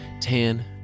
Tan